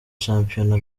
shampiyona